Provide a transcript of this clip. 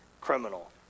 criminal